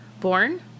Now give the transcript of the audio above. born